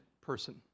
person